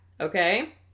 Okay